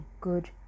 good